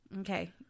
Okay